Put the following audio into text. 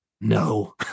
no